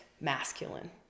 masculine